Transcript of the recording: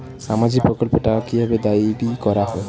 সামাজিক প্রকল্পের টাকা কি ভাবে দাবি করা হয়?